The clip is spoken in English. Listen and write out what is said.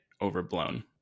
Overblown